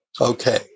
Okay